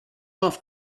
off